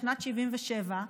בשנת 77',